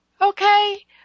Okay